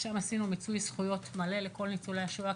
שם עשינו מיצוי זכויות מלא לכל ניצולי השואה.